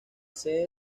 sede